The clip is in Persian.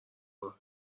راه